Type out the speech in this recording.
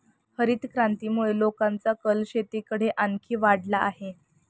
हरितक्रांतीमुळे लोकांचा कल शेतीकडे आणखी वाढला आहे